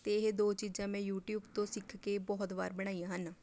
ਅਤੇ ਇਹ ਦੋ ਚੀਜ਼ਾਂ ਮੈਂ ਯੂਟਿਊਬ ਤੋਂ ਸਿੱਖ ਕੇ ਬਹੁਤ ਵਾਰ ਬਣਾਈਆਂ ਹਨ